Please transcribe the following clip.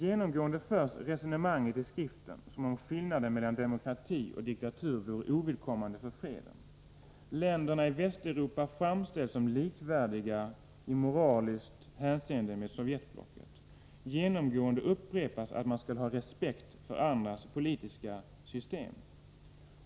Genomgående förs resonemanget i skriften som om skillnaden mellan demokrati och diktatur vore ovidkommande för freden. Länderna i Västeuropa framställs som likvärdiga i moraliskt hänseende med Sovjetblocket. Genomgående upprepas att man skall ha respekt för andras politiska system.